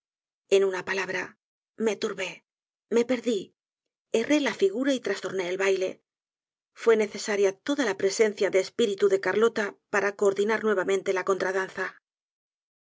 en una palabra me turbé me perdi erré la figura y trastorné el baile fue necesaria toda la presencia de espíritu de carlota para coordinar nuevamente la contradanza